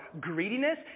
greediness